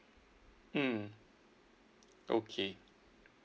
mm okay